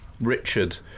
Richard